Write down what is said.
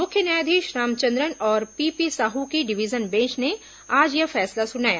मुख्य न्यायाधीश रामचंद्रन और पीपी साहू की डिवीजन बेंच ने आज यह फैसला सुनाया